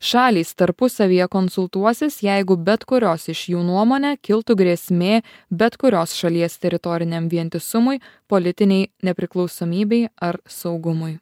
šalys tarpusavyje konsultuosis jeigu bet kurios iš jų nuomone kiltų grėsmė bet kurios šalies teritoriniam vientisumui politinei nepriklausomybei ar saugumui